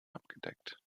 abgedeckt